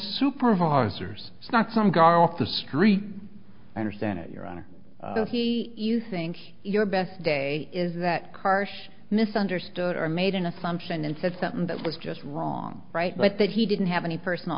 supervisors it's not some guy off the street understand it your honor so he you think your best day is that karsh misunderstood or made an assumption and said something that was just wrong right but that he didn't have any personal